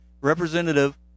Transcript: Representative